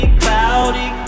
cloudy